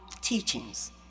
teachings